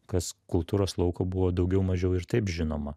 kas kultūros lauko buvo daugiau mažiau ir taip žinoma